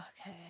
Okay